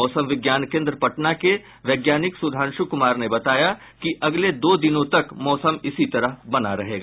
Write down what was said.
मौसम विज्ञान केन्द्र पटना के वैज्ञानिक सुधांशु कुमार ने बताया कि अगले दो दिनों तक मौसम इसी तरह बना रहेगा